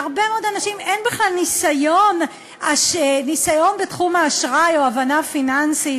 להרבה מאוד אנשים אין בכלל ניסיון בתחום האשראי או הבנה פיננסית.